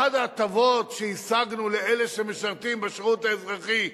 אחת ההטבות שהשגנו לאלה שמשרתים בשירות האזרחי,